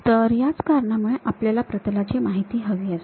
तर याच कारणामुळे आपल्याला प्रतलाची माहिती हवी असते